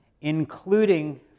including